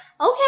okay